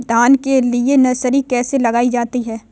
धान के लिए नर्सरी कैसे लगाई जाती है?